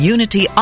Unity